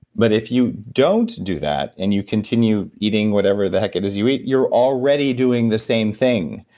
but if you don't do that, and you continue eating whatever the heck it is you eat, you're already doing the same thing.